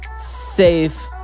safe